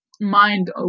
Mind